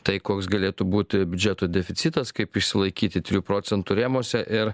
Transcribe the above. tai koks galėtų būti biudžeto deficitas kaip išsilaikyti trijų procentų rėmuose ir